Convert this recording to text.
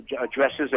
addresses